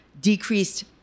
decreased